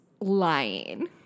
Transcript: lying